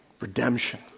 Redemption